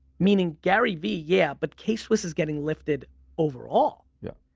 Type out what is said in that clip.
meaning gary vee, yeah, but k-swiss is getting lifted overall. yeah,